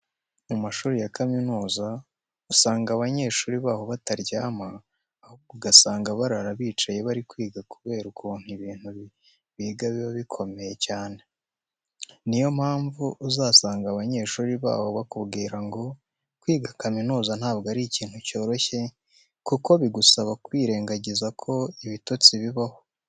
Mu mashuri ya kaminuza usanga abanyeshuri baho bataryama, ahubwo ugasanga barara bicaye bari kwiga kubera ukuntu ibintu biga biba bikomeye cyane. Niyo mpamvu uzasanga abanyeshuri baho bakubwira ngo kwiga kaminuza ntabwo ari ikintu cyoroshye kuko bigusaba kwirengiza ko ibitotsi bibaho.